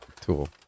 tool